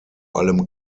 allem